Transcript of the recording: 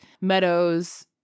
Meadows